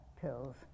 pills